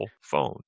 phone